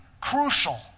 crucial